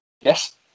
yes